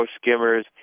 skimmers